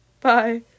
Bye